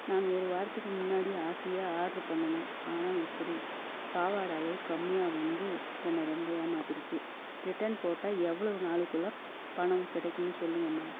நான் ஒரு வாரத்துக்கு முன்னாடியே ஆசையாக ஆட்ரு பண்ணினேன் ஆனால் இப்படி பாவாடை அளவு கம்மியாக வந்து என்னை ரொம்ப ஏமாத்திடுச்சி ரிட்டர்ன் போட்டால் எவ்வளோவு நாளுக்குள் பணம் கிடைக்குன்னு சொல்லுங்கள் மேம்